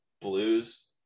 blues